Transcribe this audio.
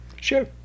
sure